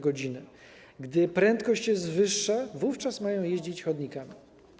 Gdy prędkość jest wyższa, wówczas mają jeździć chodnikami.